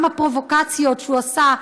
גם הפרובוקציות שהוא עשה,